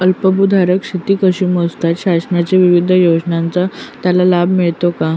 अल्पभूधारक शेती कशी मोजतात? शासनाच्या विविध योजनांचा त्याला लाभ मिळतो का?